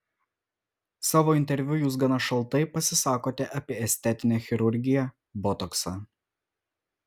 savo interviu jūs gana šaltai pasisakote apie estetinę chirurgiją botoksą